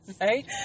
right